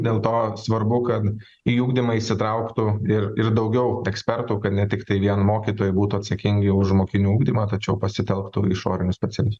dėl to svarbu kad į ugdymą įsitrauktų ir ir daugiau ekspertų kad ne tiktai vien mokytojai būtų atsakingi už mokinių ugdymą tačiau pasitelktų išorinius specialistus